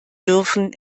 dürfen